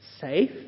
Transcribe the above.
Safe